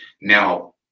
Now